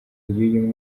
y’uyu